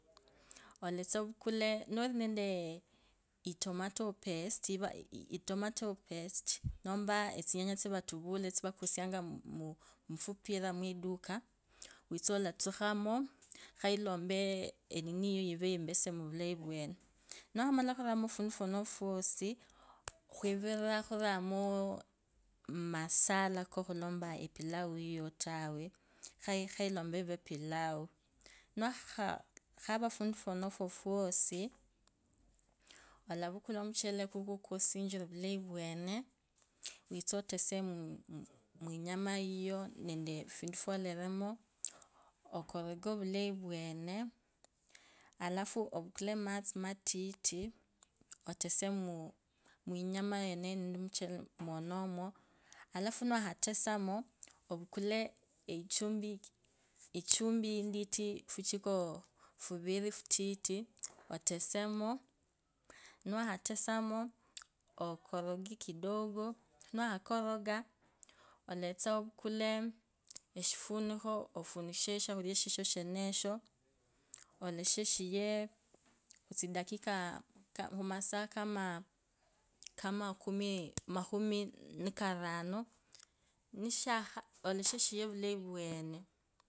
𝖮𝗅𝖺𝗍𝗌𝖺 𝗎𝗏𝗎𝗄𝗎𝗅𝖾 𝗇𝗎𝗋𝗂 𝖺𝖾𝗇𝖽𝖾𝖾 𝖾𝗍𝗈𝗆𝖺𝗍𝗈 𝗉𝖺𝗌𝗍𝖾 𝗈𝗏𝖺𝖺 𝖾𝗍𝗈𝗆𝖺𝗍𝗈 𝗉𝖺𝗌𝗍𝖾 𝗇𝗈𝗆𝖻𝖺 𝖾𝗍𝗌𝗂𝗇𝗒𝖺𝗇𝗒𝖺 𝗍𝗌𝖺𝗏𝖺𝗍𝗎𝗏𝗎𝗋𝖾𝗍𝗌𝖺𝗏𝖺𝗄𝗎𝗌𝗂𝖺𝗇𝗀𝖺 𝗆𝗐𝗂𝗍𝗎𝗄𝖺 𝗆𝗂𝗍𝗌𝖾 𝗈𝗅𝖺𝗍𝗌𝗎𝗄𝗁𝖺𝗆𝗈 𝗄𝗁𝗎𝗒𝗂𝗅𝗈𝗆𝖻𝖾 𝖾𝗇𝗂𝗇𝗂𝗒𝗂𝗒𝗈 𝗂𝗏𝖾 𝗂𝗆𝖻𝖾𝗌𝖾𝗆𝖾 𝗏𝗎𝗅𝖺𝗒𝗂 𝗏𝗐𝖾𝗇𝖾𝗇𝖺𝗐𝖺𝗄𝗁𝖺𝗆𝖺𝗅𝖺 𝗄𝗁𝗎𝗋𝖺𝗆𝗎 𝖿𝗎𝗇𝖽𝗎 𝖿𝗐𝖾𝗇𝗈𝖿𝗈 𝖿𝗐𝖺𝗌𝗂 𝗄𝗁𝗐𝗂𝗏𝗂𝗋𝗂𝗋𝖾 𝗄𝗁𝗎𝗋𝖺𝗆𝗈 𝗆𝖺𝗌𝖺𝗅𝖺 𝗄𝗎𝗄𝗁𝗎𝗅𝗈𝗆𝖻𝖺 𝖾𝗉𝗂𝗅𝖺𝗎 𝗒𝗂𝗒𝗈 𝗍𝖺𝗐𝖾 𝗄𝗁𝖾 𝗄𝗁𝖾𝗂𝗅𝗈𝗆𝖻𝖾 𝗂𝗏𝖾 𝗉𝗂𝗅𝖺𝗎 𝗇𝗂𝗐𝖺𝗄𝗁𝖺𝗄𝗁𝖺𝗏𝖺 𝖿𝗎𝗇𝖽𝗎 𝖿𝗐𝖺𝗌𝗂 𝗈𝗅𝖺𝗏𝗎𝗄𝗎𝗅𝖺 𝗆𝖼𝗁𝖾𝗅𝖾 𝗄𝗎𝗄𝗈 𝗄𝗐𝗈𝗌𝗂𝖼𝗁𝗂𝗋𝖾 𝗏𝗎𝗅𝖺𝗒𝗂 𝗏𝗐𝖾𝗇𝖾 𝗐𝗂𝗍𝗌𝗂 𝗈𝗍𝖾𝗌𝗂𝖾 𝗆𝗎𝗂𝗇𝗒𝗂𝗆𝖺 𝗒𝗂𝗒𝗈 𝗇𝖾𝗇𝗈 𝖿𝗐𝗂𝗇𝖽𝗎 𝖿𝗐𝗈𝗅𝖾𝗋𝖾𝗆𝗎 𝗈𝗄𝗈𝗋𝗈𝗄𝖾 𝗏𝗎𝗅𝖺𝗒𝗂 𝖺𝗅𝖺𝖿𝗎 𝖺𝗏𝗎𝗄𝗎 𝖺𝗆𝖺𝗍𝗌𝗂 𝗆𝖺𝗍𝗂𝗋𝗂 𝗈𝗒𝖺𝗌𝖾𝗆𝗎 𝗆𝗎 𝗆𝗎𝗂𝗇𝗒𝖺𝗆𝖺 𝗇𝖾𝗇𝖽𝖾 𝗆𝗎𝖼𝗁𝖾𝗅𝖾 𝗆𝗐𝗈𝗇𝗈𝗆𝗈 𝖺𝗅𝖺𝖿𝗎 𝗇𝗂𝗐𝖺𝗄𝗁𝖺𝗍𝗈𝗌𝖺𝗆𝗈 𝖾𝗏𝗎𝗄𝗎𝗅𝖾 𝖾𝖼𝗁𝗎𝗆𝖻𝗂 𝖿𝗎𝖼𝗁𝗂𝗄𝗎 𝖿𝗎𝗏𝗂𝗋𝗂 𝖿𝗎𝗍𝗂𝗍𝗂 𝗈𝗍𝖾𝗍𝗌𝖾 𝗈𝗏𝗎𝗄𝗎𝗅𝖾 𝖾𝗌𝗁𝗂𝖿𝗎𝗇𝗂𝗄𝗁𝗈 𝗎𝖿𝗎𝗇𝗂𝗄𝗁𝖾 𝖾𝗌𝗁𝖺𝗄𝗁𝗎𝗅𝗂𝖺 𝗌𝗁𝗂𝗌𝗁𝗈 𝗌𝗁𝖾𝗇𝖾𝗌𝗁𝗈 𝗈𝗅𝖺𝗌𝗁𝖾 𝗌𝗁𝗂𝗒𝖾 𝗍𝗌𝗂𝖽𝖺𝗄𝗂𝗄𝖺𝖺 𝗄𝖺𝖺 𝗄𝗁𝗎𝗆𝖺𝗌𝖺𝖺 𝗄𝖺𝗆𝖺 𝗄𝖺𝗆𝖺 𝗄𝗎𝗆𝗂 𝗆𝖺𝗄𝗁𝗎𝗆𝗂 𝗇𝖾𝗄𝖺𝗋𝖺𝗇𝗈 𝗇𝗂𝗌𝗁𝖺𝖺 𝗈𝗅𝖺𝗌𝗁𝖾 𝗌𝗁𝗂𝗒𝖾 𝗏𝗎𝗅𝖺𝗒𝗂 𝗏𝗐𝖾𝗇𝖾.